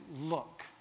look